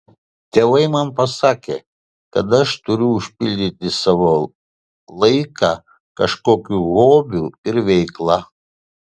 tėvai man pasakė kad aš turiu užpildyti savo laiką kažkokiu hobiu ir veikla